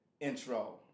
Intro